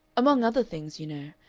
among other things, you know,